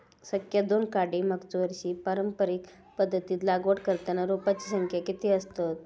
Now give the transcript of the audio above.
संख्या दोन काडी मागचो वर्षी पारंपरिक पध्दतीत लागवड करताना रोपांची संख्या किती आसतत?